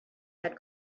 had